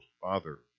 Father